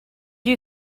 you